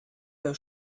der